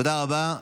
תודה רבה.